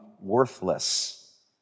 worthless